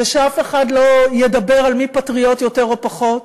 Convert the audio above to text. ושאף אחד לא ידבר על מי פטריוט יותר או פחות.